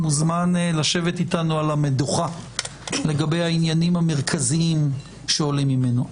מוזמן לשבת איתנו על המדוכה לגבי העניינים המרכזיים שעולים ממנו.